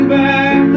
back